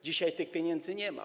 Dzisiaj tych pieniędzy nie ma.